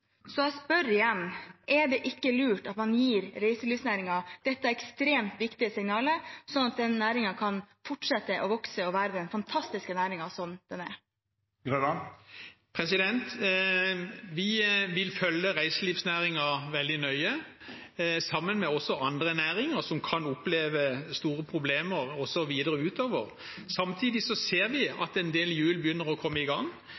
ikke lurt å gi reiselivsnæringen dette ekstremt viktige signalet, sånn at næringen kan fortsette å vokse og være den fantastiske næringen den er? Vi vil følge reiselivsnæringen veldig nøye, sammen med andre næringer som kan oppleve store problemer også videre utover. Samtidig ser vi at en del hjul begynner å komme i gang.